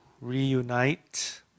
reunite